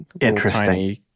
interesting